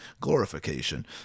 glorification